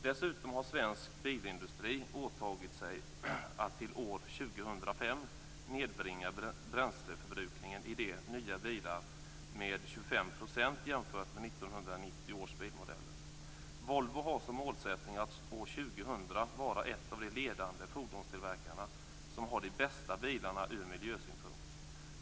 Dessutom har svensk bilindustri åtagit sig att till år Volvo har som målsättning att år 2000 vara en av de ledande fordonstillverkare som har de från miljösynpunkt bästa bilarna.